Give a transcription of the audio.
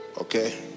okay